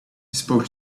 spoke